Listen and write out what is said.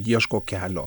ieško kelio